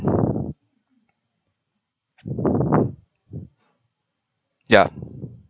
ya